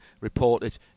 reported